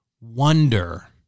wonder